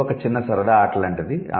ఇది ఒక చిన్న సరదా ఆట లాంటిది